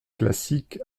classiques